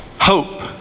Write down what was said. hope